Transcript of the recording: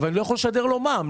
ואני לא יכול לשדר לו מע"מ.